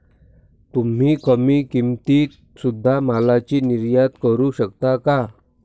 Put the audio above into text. तुम्ही कमी किमतीत सुध्दा मालाची निर्यात करू शकता का